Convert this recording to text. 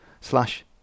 slash